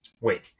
wait